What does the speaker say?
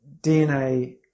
DNA